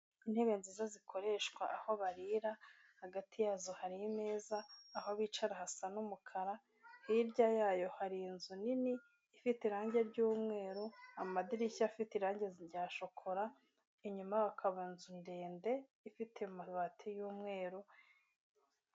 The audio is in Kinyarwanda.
Intebe nziza zikoreshwa aho barira, hagati yazo hari imeza, aho bicara hasa n'umukara, hirya yayo hari inzu nini ifite irangi ry'umweru, amadirishya afite irangi rya shokora, inyuma hakaba inzu ndende ifite amabati y'umweru.